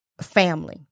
family